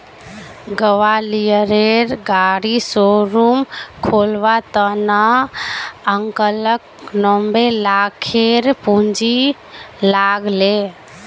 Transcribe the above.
ग्वालियरेर गाड़ी शोरूम खोलवार त न अंकलक नब्बे लाखेर पूंजी लाग ले